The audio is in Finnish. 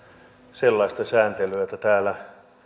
sellaista sääntelyä että täällä